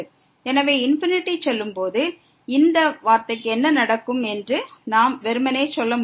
எனவே ∞க்கு செல்லும்போது இந்த வார்த்தைக்கு என்ன நடக்கும் என்று நாம் வெறுமனே சொல்ல முடியாது